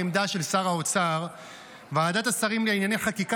העמדה של שר האוצר: ועדת השרים לענייני חקיקה